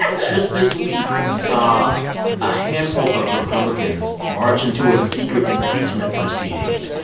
just this week, we saw a handful of republicans march into a secret impeachment proceeding.